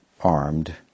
armed